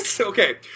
okay